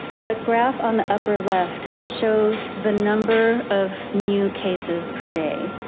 the graph on the upper left shows the number of new cases per day.